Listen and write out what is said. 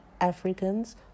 Africans